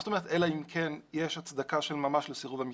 מה זאת אומרת אלא אם כן יש הצדקה של ממש לסירוב המתנגד?